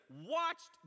watched